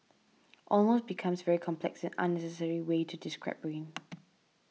almost becomes very complex and unnecessary way to describe rain